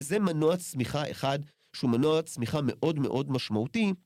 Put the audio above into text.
זה מנוע צמיחה אחד, שהוא מנוע צמיחה מאוד מאוד משמעותי